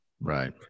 Right